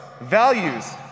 values